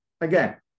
again